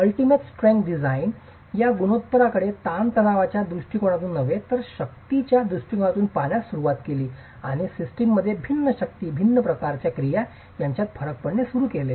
ultimate strength design या गुणोत्तरांकडे ताणतणावाच्या दृष्टिकोनातून नव्हे तर शक्तीच्या दृष्टीकोनातून पाहण्यास सुरवात केली आणि सिस्टममध्येच भिन्न शक्ती भिन्न प्रकारच्या क्रिया यांच्यात फरक करणे सुरू केले